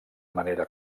manera